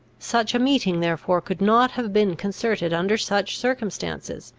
such a meeting therefore could not have been concerted under such circumstances,